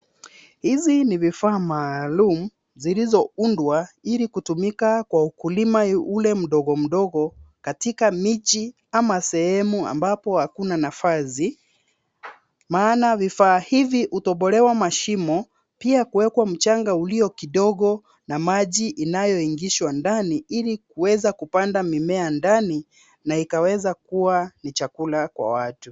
Hizi ni vifaa maalum zilizoundwa ili kutumika kwa ukulima ule mdogo mdogo katika miji ama sehemu ambapo hakuna nafasi. Maana vifaa hivi hutobolewa mashimo pia kuwekwa mchanga ulio kidogo na maji inayoingishwa ndani ili kuweza kupanda mimea ndani na ikaweza kuwa ni chakula kwa watu.